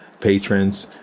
patrons,